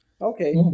Okay